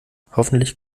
hoffentlich